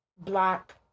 black